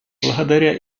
благодаря